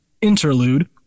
Interlude